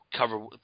Cover